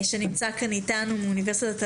מאוניברסיטת אריאל,